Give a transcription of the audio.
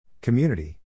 Community